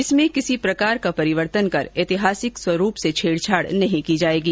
इसमें किसी प्रकार का परिवर्तन कर ऐतिहासिक स्वरूप से छेड़छाड़ नहीं की जाएगी